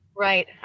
Right